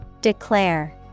Declare